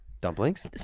Dumplings